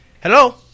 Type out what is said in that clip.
Hello